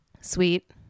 Sweet